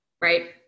right